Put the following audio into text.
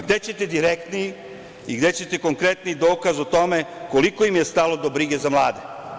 Gde ćete direktniji i gde ćete konkretniji dokaz o tome koliko im je stalo do brige za mlade?